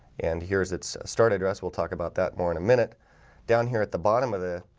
and here's its start address we'll talk about that more in a minute down here at the bottom of the